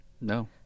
No